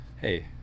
hey